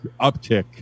uptick